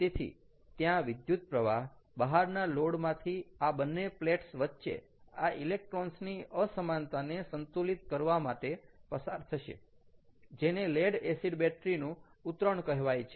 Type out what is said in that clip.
તેથી ત્યાં વિદ્યુત પ્રવાહ બહારના લોડ માંથી આ બંને પ્લેટ્સ વચ્ચે આ ઇલેક્ટ્રોન્સની અસમાનતાને સંતુલિત કરવા માટે પસાર થશે જેને લેડ એસિડ બેટરી નું ઉતરણ કહેવાય છે